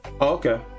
Okay